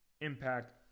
impact